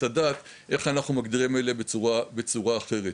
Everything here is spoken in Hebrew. הדעת כיצד אנחנו מגדירים את זה בצורה אחרת.